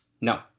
No